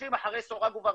יושבים מאחורי סורג ובריח.